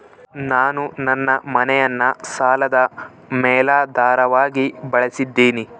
ನಾನು ನನ್ನ ಮನೆಯನ್ನ ಸಾಲದ ಮೇಲಾಧಾರವಾಗಿ ಬಳಸಿದ್ದಿನಿ